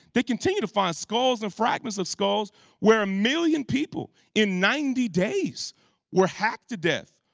they continue to find skulls and fragments of skulls where a million people in ninety days were hacked to death.